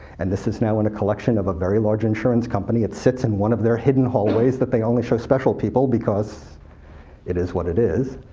and this is now in the collection of a very large insurance company. it sits in one of their hidden hallways that they only show special people, because it is what it is.